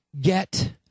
Get